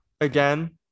again